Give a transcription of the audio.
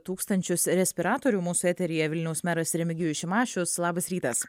tūkstančius respiratorių mūsų eteryje vilniaus meras remigijus šimašius labas rytas